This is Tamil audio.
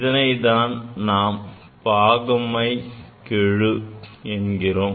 இதனை தான் நாம் பாகமைகெழு என்கிறோம்